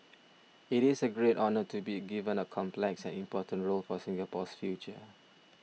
it's a great honour to be given a complex and important role for Singapore's future